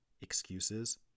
excuses